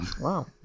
Wow